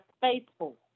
faithful